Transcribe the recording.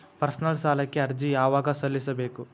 Personal ಸಾಲಕ್ಕೆ ಅರ್ಜಿ ಯವಾಗ ಸಲ್ಲಿಸಬೇಕು?